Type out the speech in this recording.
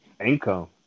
income